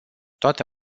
toate